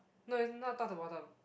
no is not top to bottom